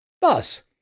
Thus